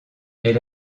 elle